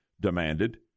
demanded